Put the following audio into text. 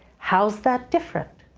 how's that different?